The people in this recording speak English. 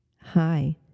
hi